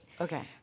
Okay